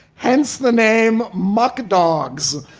hence the name muck dogs.